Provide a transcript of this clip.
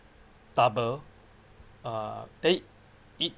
double uh then it